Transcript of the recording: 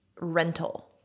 rental